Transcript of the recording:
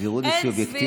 סבירות זה סובייקטיבי.